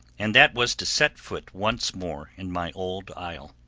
and that was to set foot once more in my old isle.